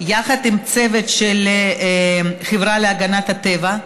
יחד עם צוות של החברה להגנת הטבע,